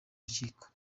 rukiko